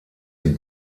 sie